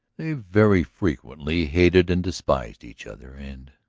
they very frequently hated and despised each other and,